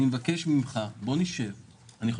אני מבקש ממך, בואו נשב.